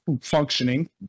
functioning